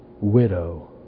widow